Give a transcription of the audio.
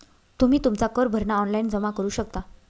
तुम्ही तुमचा कर भरणा ऑनलाइन जमा करू शकता